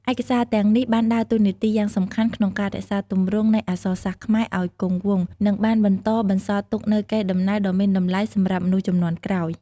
ឯកសារទាំងនេះបានដើរតួនាទីយ៉ាងសំខាន់ក្នុងការរក្សាទម្រង់នៃអក្សរសាស្ត្រខ្មែរឱ្យគង់វង្ស និងបានបន្តបន្សល់ទុកនូវកេរដំណែលដ៏មានតម្លៃសម្រាប់មនុស្សជំនាន់ក្រោយ។